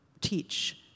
teach